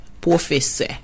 Professeur